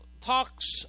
talks